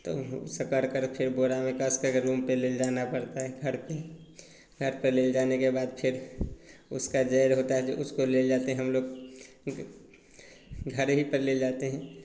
तो सकड़कर फ़िर बोरा में कसकर रूम पर ले जाना पड़ता हैं घर पर घर पर ले जाने के बाद फ़िर उसका ज़हर होता है जो उसको ले जाते हैं हम लोग घर ही पर ले जाते हैं